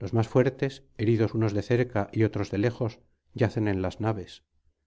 los más fuertes heridos unos de cerca y otros de lejos yacen en las naves